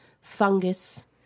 fungus